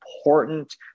important